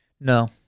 No